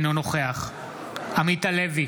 אינו נוכח עמית הלוי,